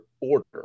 order